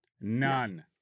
None